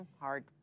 Hard